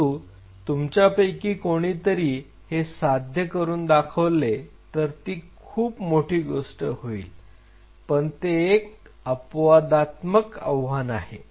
परंतु तुमच्यापैकी कोणीतरी हे साध्य करून दाखवले तर ती खूप मोठी गोष्ट होईल परंतु ते एक अपवादात्मक आव्हान आहे